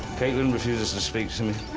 caitlin refuses to speak to me.